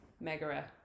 megara